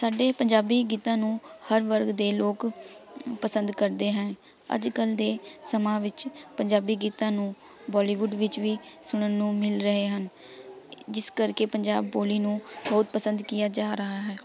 ਸਾਡੇ ਪੰਜਾਬੀ ਗੀਤਾਂ ਨੂੰ ਹਰ ਵਰਗ ਦੇ ਲੋਕ ਪਸੰਦ ਕਰਦੇ ਹਨ ਅੱਜ ਕੱਲ੍ਹ ਦੇ ਸਮਾਂ ਵਿੱਚ ਪੰਜਾਬੀ ਗੀਤਾਂ ਨੂੰ ਬੋਲੀਵੁੱਡ ਵਿੱਚ ਵੀ ਸੁਣਨ ਨੂੰ ਮਿਲ ਰਹੇ ਹਨ ਜਿਸ ਕਰਕੇ ਪੰਜਾਬ ਬੋਲੀ ਨੂੰ ਬਹੁਤ ਪਸੰਦ ਕੀਆ ਜਾ ਰਿਹਾ ਹੈ